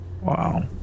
Wow